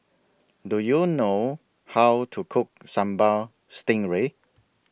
Do YOU know How to Cook Sambal Stingray